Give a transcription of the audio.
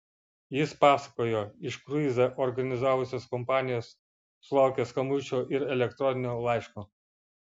jis pasakojo iš kruizą organizavusios kompanijos sulaukęs skambučio ir elektroninio laiško